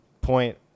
point